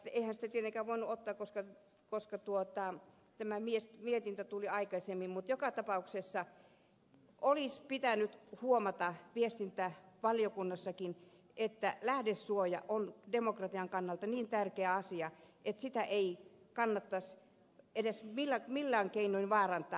tai eihän sitä tietenkään voinut ottaa koska tämä mietintö tuli aikaisemmin mutta joka tapauksessa olisi pitänyt huomata viestintävaliokunnassakin että lähdesuoja on demokratian kannalta niin tärkeä asia että sitä ei kannattaisi millään keinoin vaarantaa